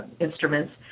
instruments